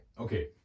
okay